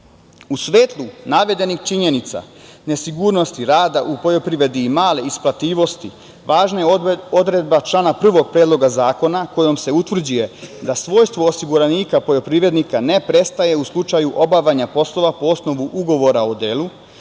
svetlu navedenih činjenica nesigurnosti rada u poljoprivredi, male isplativosti važna je odredba člana 1. Predloga zakona kojom se utvrđuje da svojstvo osiguranika poljoprivrednika ne prestaje u slučaju obavljanja poslova po osnovu ugovora o delu,